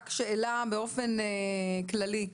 רק שאלה באופן כללי.